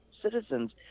citizens